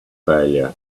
failure